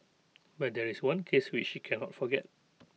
but there is one case which she can not forget